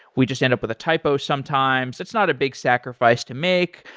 we just end up with a typo sometimes. it's not a big sacrifice to make.